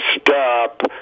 stop